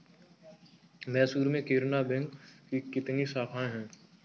मैसूर में केनरा बैंक की कितनी शाखाएँ है?